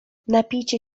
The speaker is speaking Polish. napijcie